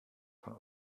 von